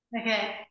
Okay